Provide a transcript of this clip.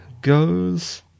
goes